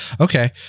okay